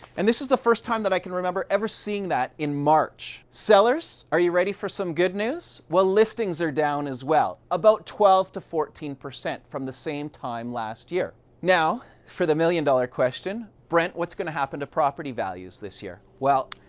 and this is the first time that i can remember, ever seeing that in march. sellers, are you ready for some good news? well, listings are down as well about twelve to fourteen percent from the same time last year. now, for the million dollar question. brent, what's gonna happen to property values this year? well,